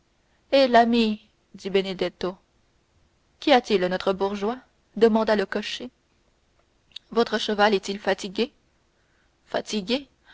hé l'ami dit benedetto qu'y a-t-il notre bourgeois demanda le cocher votre cheval est-il fatigué fatigué